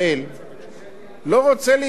לא רוצה להיכנס לארץ-ישראל,